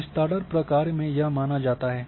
विस्तारण प्रक्रिया में यह माना जाता है